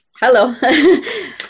Hello